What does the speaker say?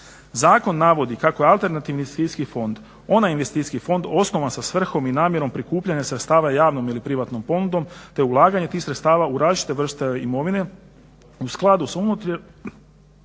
Zakon navodi kako alternativni investicijski fond onaj investicijski fond osnovan sa svrhom i namjerom prikupljanja sredstava javnom ili privatnom ponudom te ulaganje tih sredstava u različite vrste imovine u skladu sa unaprijed